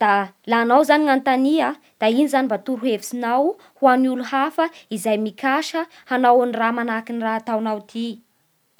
Da laha enao zany no anontania da ino zany torohevitsinao ho an'ny olo hafa izay mikasa hanao an'ny raha manahaky raha nataonao ty?